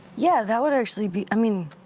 yeah, that would actually be, i mean.